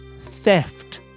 theft